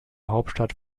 hauptstadt